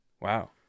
Wow